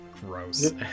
gross